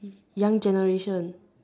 young generation